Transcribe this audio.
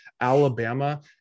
Alabama